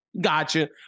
Gotcha